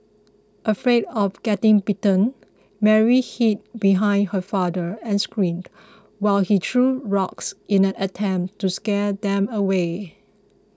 afraid of getting bitten Mary hid behind her father and screamed while he threw rocks in an attempt to scare them away